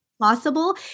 possible